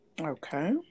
Okay